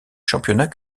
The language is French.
championnats